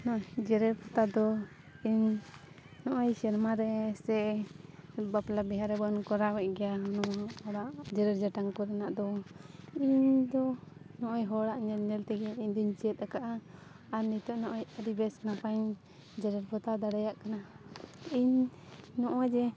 ᱱᱚᱜᱼᱚᱭ ᱡᱮᱨᱮᱲ ᱯᱚᱛᱟᱣ ᱫᱚ ᱤᱧ ᱱᱚᱜᱼᱚᱭ ᱥᱮᱨᱢᱟ ᱨᱮ ᱥᱮ ᱵᱟᱯᱞᱟ ᱵᱤᱦᱟᱨᱮ ᱵᱚᱱ ᱠᱚᱨᱟᱣᱮᱫ ᱜᱮᱭᱟ ᱱᱚᱣᱟ ᱚᱲᱟᱜ ᱡᱮᱨᱮᱲ ᱡᱟᱴᱟᱝ ᱠᱚ ᱨᱮᱱᱟᱜ ᱫᱚ ᱤᱧᱫᱚ ᱱᱚᱜᱼᱚᱭ ᱦᱚᱲᱟᱜ ᱧᱮᱞ ᱧᱮᱞ ᱛᱮᱜᱮ ᱤᱧ ᱫᱚᱧ ᱪᱮᱫ ᱟᱠᱟᱫᱼᱟ ᱟᱨ ᱱᱤᱛᱳᱜ ᱱᱚᱜᱼᱚᱭ ᱟᱹᱰᱤ ᱵᱮᱥ ᱱᱟᱯᱟᱭᱤᱧ ᱡᱮᱨᱮᱲ ᱯᱚᱛᱟᱣ ᱫᱟᱲᱮᱭᱟᱜ ᱠᱟᱱᱟ ᱤᱧ ᱱᱚᱜᱼᱚᱭ ᱡᱮ